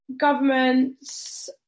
governments